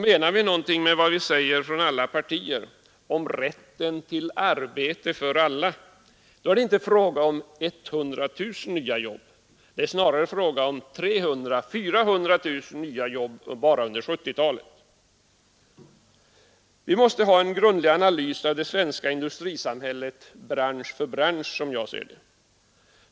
Menar man något med vad som nu sägs från alla partier om rätten till arbete för alla, är det inte fråga om 100 000 nya jobb, det är snarare fråga om 300 000-400 000 nya jobb bara under 1970-talet. Vi måste ha en grundlig analys av det svenska industrisamhället bransch för bransch.